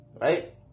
right